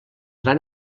van